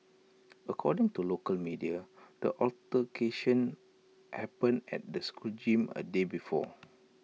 according to local media the altercation happened at the school gym A day before